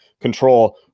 control